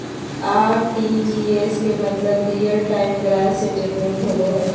RTGS के मतलब real time gross settlement होबो हय